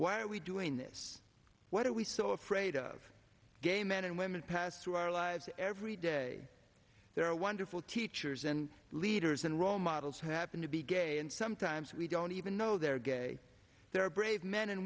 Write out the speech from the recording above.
why are we doing this what are we so afraid of gay men and women pass through our lives every day there are wonderful teachers and leaders and role models who happen to be gay and sometimes we don't even know they're gay there are brave men and